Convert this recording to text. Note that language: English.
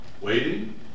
Waiting